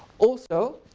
also